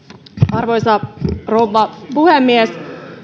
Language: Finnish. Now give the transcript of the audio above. arvoisa rouva puhemies